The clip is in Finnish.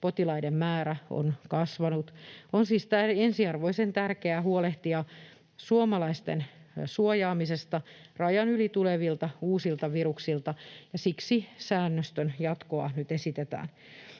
potilaiden määrä on kasvanut. On siis ensiarvoisen tärkeää huolehtia suomalaisten suojaamisesta rajan yli tulevilta uusilta viruksilta, ja siksi säännöstön jatkoa nyt esitetään.